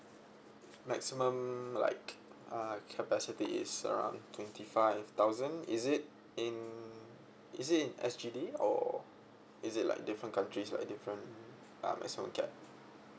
maximum like uh capacity is around twenty five thousand is it in is it in S_G_D or is it like different countries like different um maximum cap